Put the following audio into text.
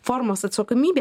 formos atsakomybė